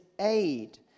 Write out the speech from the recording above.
aid